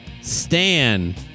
Stan